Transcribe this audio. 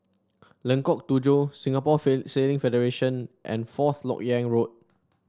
Lengkok Tujoh Singapore Sailing Federation and Fourth LoK Yang Road